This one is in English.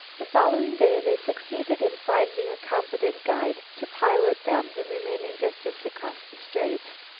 the following day they succeeded in finding a competent guide to pilot them the remaining distance across the straits,